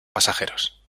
pasajeros